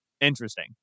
interesting